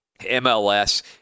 MLS